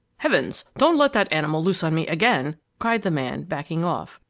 heavens! don't let that animal loose on me again! cried the man, backing off.